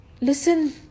listen